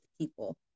people